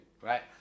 right